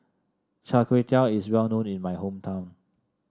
Char Kway Teow is well known in my hometown